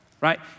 right